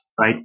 right